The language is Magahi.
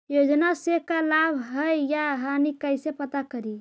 योजना से का लाभ है या हानि कैसे पता करी?